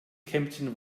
kempten